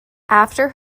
after